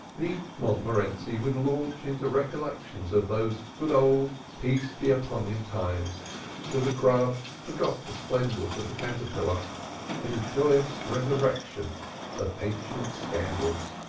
the montmorenci would launch into recollections of those good old peace be upon him times till the grub forgot the splendors of the caterpillar in a joyous resurrection of ancient scandals.